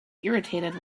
irritated